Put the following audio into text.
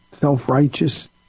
self-righteous